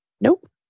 Nope